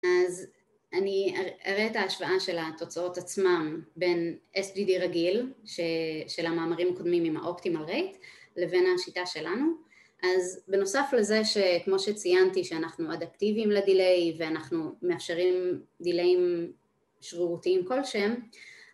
אז אני אראה את ההשוואה של התוצאות עצמם בין SGD רגיל, של המאמרים הקודמים עם האופטימל רייט, לבין השיטה שלנו, אז בנוסף לזה שכמו שציינתי שאנחנו אדפטיביים לדיליי, ואנחנו מאפשרים דיליים שרירותיים כלשהם